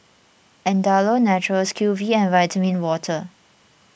Andalou Naturals Q V and Vitamin Water